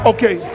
Okay